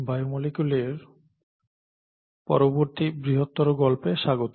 বায়োমলিকুলের পরবর্তী বৃহত্তর গল্পে স্বাগত